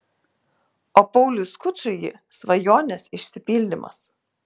o pauliui skučui ji svajonės išsipildymas